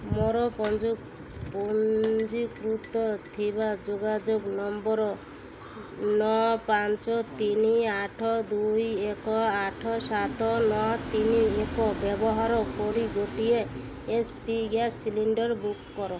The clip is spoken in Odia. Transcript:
ମୋର ପଞ୍ଜୀକୃତ ଥିବା ଯୋଗାଯୋଗ ନମ୍ବର୍ ନଅ ପାଞ୍ଚ ତିନି ଆଠ ଦୁଇ ଏକ ଆଠ ସାତ ନଅ ତିନି ଏକ ବ୍ୟବାହାର କରି ଗୋଟିଏ H P gas cylinder book କର